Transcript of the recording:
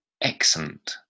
excellent